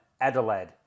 Adelaide